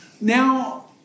Now